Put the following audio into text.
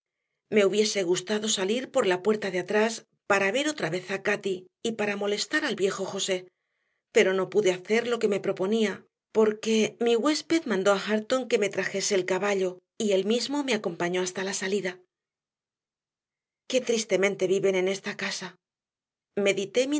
me hubiese gustado salir por la puerta de atrás para ver otra vez a cati y para molestar al viejo josé pero no pude hacer lo que me proponía